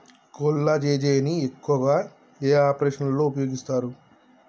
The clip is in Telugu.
కొల్లాజెజేని ను ఎక్కువగా ఏ ఆపరేషన్లలో ఉపయోగిస్తారు?